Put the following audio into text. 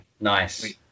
nice